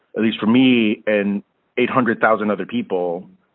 at least for me and eight hundred thousand other people,